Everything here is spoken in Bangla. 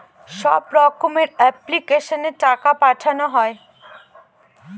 সব রকমের এপ্লিক্যাশনে টাকা পাঠানো হয়